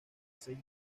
seis